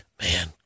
Man